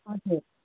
हजुर